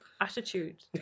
attitude